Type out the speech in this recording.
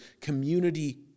community